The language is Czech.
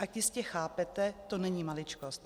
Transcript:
Jak jistě chápete, to není maličkost.